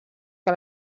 que